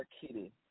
Kitty